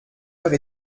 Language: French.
heure